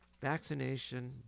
vaccination